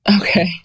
Okay